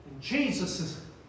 Jesus